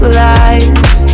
lies